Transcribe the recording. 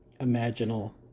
imaginal